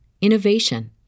innovation